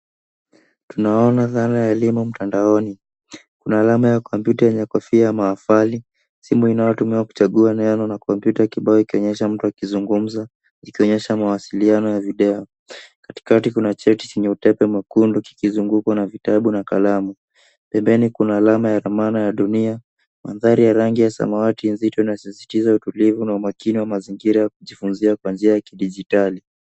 Tunaona dhana ya elimu mtandaoni. Kuna alama ya kompyuta yenye kofia ya mahafali, simu inayotumiwa kuchaguaniano na kompyuta kibao ikionyesha mtu akizungumza ikionyesha mawasiliano ya video. Katikati kuna cheti chenye utepe mwekundu kikizungukwa na vitabu na kalamu. Pembeni kuna alama ya ramana ya dunia. Mandhari ya rangi ya samawati nzito inasisitiza utulivu na umakini wa mazingira ya kujifunzia kwa njia ya kidijitali.